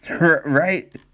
Right